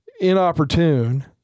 inopportune